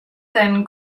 then